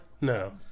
No